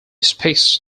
speaks